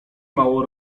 mało